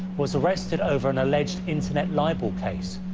was arrested over an alleged internet libel case.